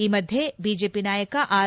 ಈ ಮಧ್ಯೆ ಬಿಜೆಪಿ ನಾಯಕ ಆರ್